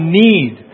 need